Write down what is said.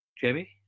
Jamie